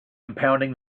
impounding